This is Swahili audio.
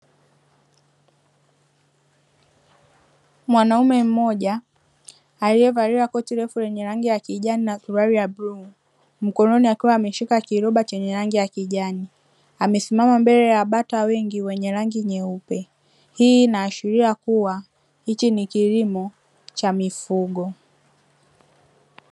Mwanaume mmoja aliyevalia koti refu lenye rangi ya kijani na suruali ya bluu mkononi akiwa ameshika kiroba chenye rangi ya kijani amesimama mbele ya bata wengi wenye rangi nyeupe, hii inaashiria kuwa hichi ni kilimo cha mifugo.